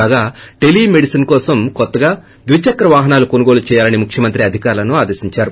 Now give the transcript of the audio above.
కాగా టెలీమెడిసిన్ కోసం ద్విచక్ర వాహనాలను కొనుగోలు చేయాలని ముఖ్యమంత్రి అధికారులను ఆదేశించారు